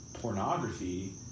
pornography